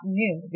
new